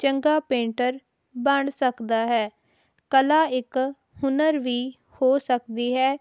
ਚੰਗਾ ਪੇਂਟਰ ਬਣ ਸਕਦਾ ਹੈ ਕਲਾ ਇੱਕ ਹੁਨਰ ਵੀ ਹੋ ਸਕਦੀ ਹੈ